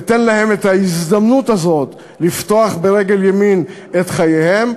תיתן להם את ההזדמנות הזאת לפתוח ברגל ימין את חייהם,